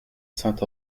saint